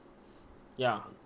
ya